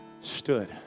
stood